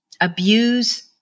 abuse